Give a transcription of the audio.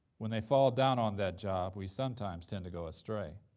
when they fall down on that job we sometimes tend to go astray.